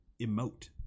emote